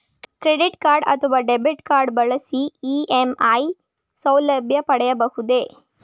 Credit card ಅಥವಾ debit card ಬಳಸಿ EMI ಸೌಲಭ್ಯ ಪಡೆಯಬಹುದೇ?